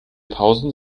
pausen